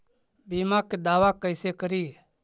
बीमा के दावा कैसे करी?